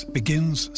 begins